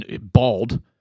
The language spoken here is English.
bald